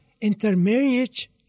intermarriage